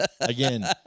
Again